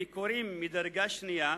ביקורים מדרגה שנייה.